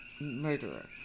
murderer